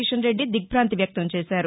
కిషన్ రెడ్డి దిగ్బాంతి వ్యక్తంచేశారు